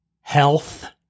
health